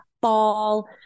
ball